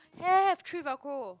have have three velcro